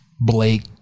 Blake